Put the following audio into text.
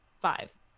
five